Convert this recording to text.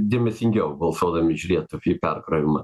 dėmesingiau balsuodami žiūrėtų į perkrovimą